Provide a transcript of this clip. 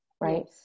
Right